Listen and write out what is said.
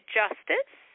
justice